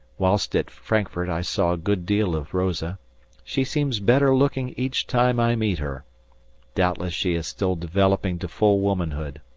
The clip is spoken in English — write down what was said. whilst at frankfurt i saw a good deal of rosa she seems better looking each time i meet her doubtless she is still developing to full womanhood.